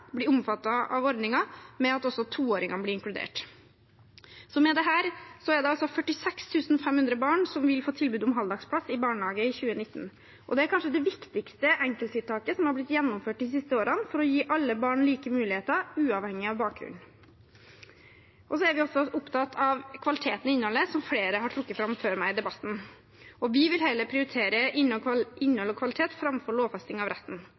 av ordningen ved at også toåringene blir inkludert. Med dette er det altså 46 500 barn som vil få tilbud om halvdagsplass i barnehage i 2019. Det er kanskje det viktigste enkelttiltaket som er blitt gjennomført de siste årene for å gi alle barn like muligheter, uavhengig av bakgrunn. Vi er også opptatt av kvaliteten i innholdet, som flere har trukket fram før meg i debatten. Vi vil prioritere innhold og kvalitet framfor lovfesting av retten